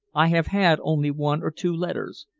i have had only one or two letters.